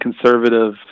conservative